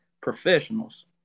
professionals